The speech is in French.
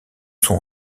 son